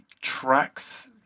tracks